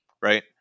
right